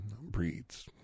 Breeds